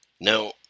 Now